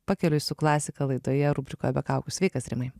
pakeliui su klasika laidoje rubrikoje be kaukių sveikas rimai